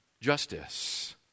justice